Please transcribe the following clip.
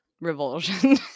revulsion